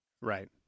right